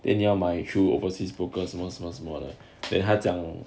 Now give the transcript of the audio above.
then 你要买 through overseas focused 什么什么什么的 then 他讲